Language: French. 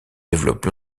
développe